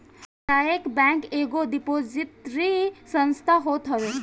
सामुदायिक बैंक एगो डिपोजिटरी संस्था होत हवे